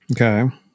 Okay